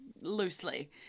Loosely